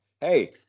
Hey